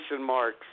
marks